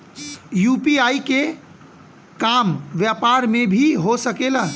UPI के काम व्यापार में भी हो सके ला?